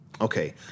Okay